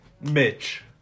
Mitch